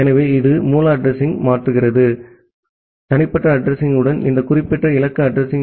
எனவே இது மூல அட்ரஸிங்யை மாற்றுகிறது தனிப்பட்ட அட்ரஸிங்யுடன் இந்த குறிப்பிட்ட இலக்கு அட்ரஸிங்